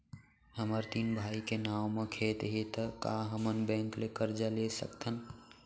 हमर तीन भाई के नाव म खेत हे त का हमन बैंक ले करजा ले सकथन?